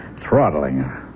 throttling